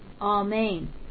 amen